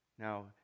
Now